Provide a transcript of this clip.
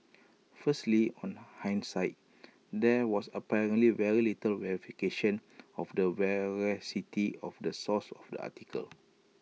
firstly on hindsight there was apparently very little verification of the veracity of the source of the article